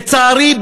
לצערי,